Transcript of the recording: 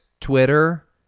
Twitter